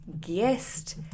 guest